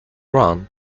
run